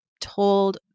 told